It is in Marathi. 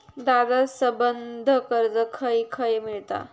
दादा, संबंद्ध कर्ज खंय खंय मिळता